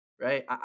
right